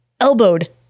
elbowed